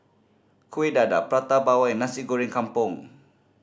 Kuih Dadar Prata Bawang and Nasi Goreng Kampung